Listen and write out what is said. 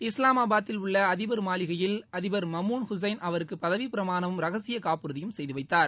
இஸ்லாமாபாத்தில் உள்ள அதிபர் மாளிகையில் அதிபர் மமூன் ஹுசேன் அவருக்கு பதவி பிரமாணமும் ரகசிய காப்புறுதியும் செய்து வைத்தார்